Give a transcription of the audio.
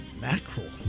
mackerel